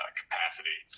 capacity